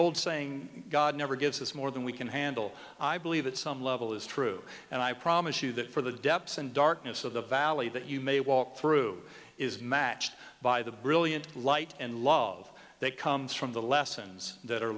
old saying god never gives us more than we can handle i believe at some level is true and i promise you that for the depths and darkness of the valley that you may walk through is matched by the brilliant light and love that comes from the lessons that are